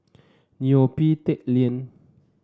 Neo Pee Teck Lane